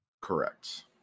Correct